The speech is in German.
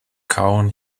kauen